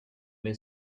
may